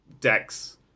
decks